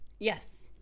Yes